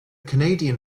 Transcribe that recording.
canadian